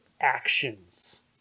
actions